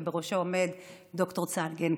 ובראשו עומד ד"ר צנגן.